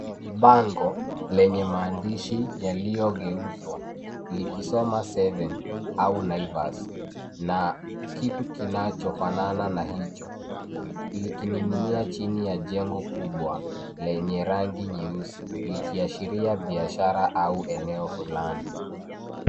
Ni bango lenye maandishi yaliyogeuzwa .Likisoma seven au Naivas na kitu kinachofanana na hicho likining'inia chini ya jengo kubwa lenye rangi nyeusi kikiashiria biashara au eneo fulani.